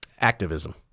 Activism